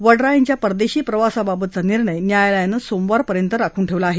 वड्रा यांच्या परदेशी प्रवासाबाबतचा निर्णय न्यायालयानं येत्या सोमवारपर्यंत राखून ठेवला आहे